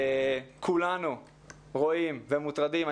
כולנו רואים ומוטרדים,